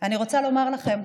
אני רוצה לומר לכם,